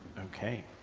okay.